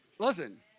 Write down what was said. Listen